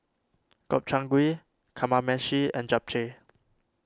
Gobchang Gui Kamameshi and Japchae